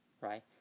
right